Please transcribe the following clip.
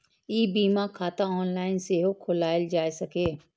ई बीमा खाता ऑनलाइन सेहो खोलाएल जा सकैए